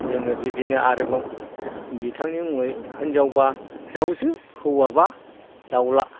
जोङो बिदिनो आरोबाव बिथांनि मुङै हिन्जावबा दाव जो हौवाबा दावला